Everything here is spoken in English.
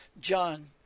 John